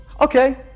Okay